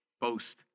boast